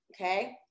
okay